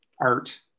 art